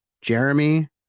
Jeremy